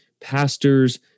pastors